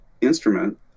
instrument